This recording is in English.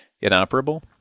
inoperable